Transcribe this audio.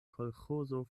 kolĥozo